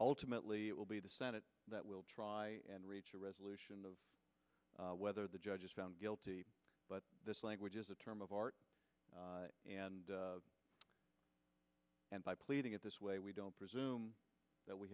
ltimately it will be the senate that will try and reach a resolution of whether the judge is found guilty but this language is a term of art and by pleading it this way we don't presume that we